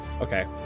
Okay